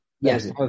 Yes